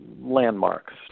landmarks